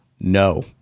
no